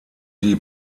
die